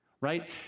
right